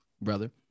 brother